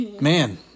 Man